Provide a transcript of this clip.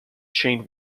chain